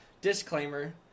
Disclaimer